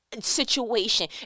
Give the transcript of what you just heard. situation